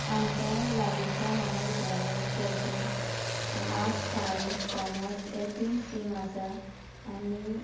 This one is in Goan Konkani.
आमच्या लागींच्या म्हाविद्यालय केपें आर्ट्स सायन्स कॉमर्स हे तीन स्ट्रीम आसात आनी